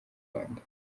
rwanda